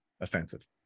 offensive